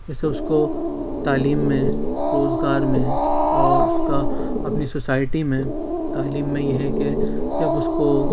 جیسے اُس کو تعلیم میں روزگار میں اور اُس کا اپنی سوسائٹی میں تعیلم میں یہ ہے کہ جب اُس کو